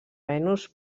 venus